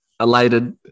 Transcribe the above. elated